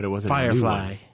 Firefly